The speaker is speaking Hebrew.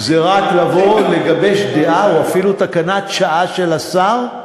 זה רק לבוא, לגבש דעה, אפילו תקנת שעה של השר,